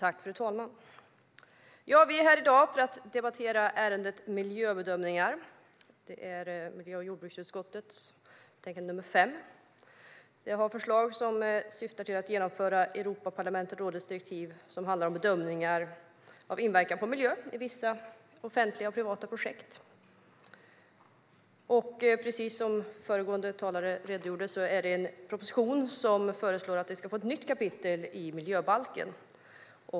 Fru talman! Vi är här i dag för att debattera miljöbedömningar. Det är miljö och jordbruksutskottets betänkande nr 5. Där finns förslag som syftar till att man ska genomföra Europaparlamentets och rådets direktiv om bedömningar av inverkan på miljön av vissa offentliga och privata projekt. Precis som föregående talare redogjorde för är det en proposition där det föreslås att vi ska få ett nytt kapitel i miljöbalken.